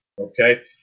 Okay